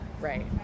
Right